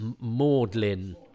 maudlin